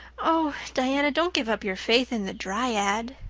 oh, diana, don't give up your faith in the dryad!